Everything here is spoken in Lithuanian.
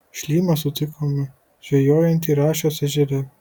šlymą sutikome žvejojantį rašios ežere